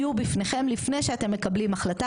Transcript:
יהיו בפניכם לפני שאתם מקבלים החלטה,